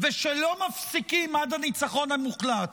ושל "לא מפסיקים עד הניצחון המוחלט".